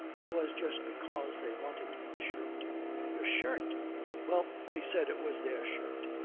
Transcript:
it was just because they wanted my shirt your shirt well, they said it was their shirt